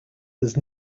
was